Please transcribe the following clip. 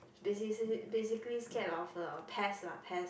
basisally basically scared of uh pest lah pest